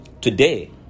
Today